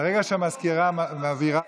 ברגע שהמזכירה מעבירה,